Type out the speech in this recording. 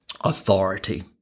authority